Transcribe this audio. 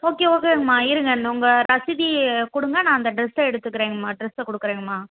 okay ஓகேம்மா இருங்க இருங்க உங்கள் ரசீதியை கொடுங்கள் நான் அந்த ட்ரெஸ்ஸ எடுத்துக்குறேங்கம்மா ட்ரெஸ்ஸ குடுக்குறேங்கம்மா